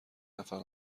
نفر